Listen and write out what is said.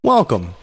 Welcome